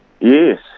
Yes